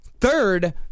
Third